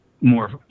more